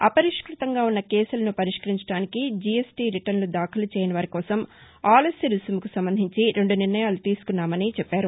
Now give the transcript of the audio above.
అపరిష్టతంగా ఉన్న కేసులను పరిష్కరించడానికి జీఎస్టీ రిటర్నులు దాఖలు చేయని వారికోసం ఆలస్య రుసుముకు సంబంధించి రెండు నిర్ణయాలు తీసుకున్నామని చెప్పారు